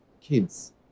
kids